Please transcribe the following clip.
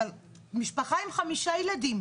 משפחה עם חמישה ילדים,